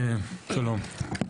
שלום.